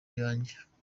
iyanjye